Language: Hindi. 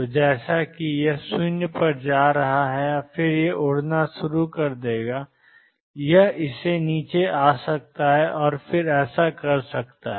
तो जैसे कि यह 0 पर जा रहा है और फिर यह उड़ना शुरू कर देगा यह इसे नीचे आ सकता है और फिर ऐसा कर सकता है